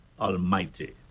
almighty